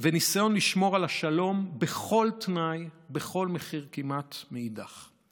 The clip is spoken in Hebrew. גיסא וניסיון לשמור על השלום בכל תנאי ובכל מחיר כמעט מאידך גיסא.